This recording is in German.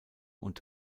und